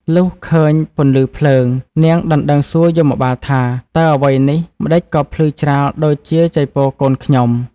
លុះឃើញ ពន្លឺភ្លើង នាងដណ្ដឹងសួរយមបាលថា តើអ្វីនេះម្តេចក៏ភ្លឺច្រាលដូចជា ចីពរ កូនខ្ញុំ? ។